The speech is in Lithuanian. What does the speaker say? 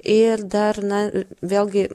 ir dar na vėlgi